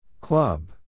Club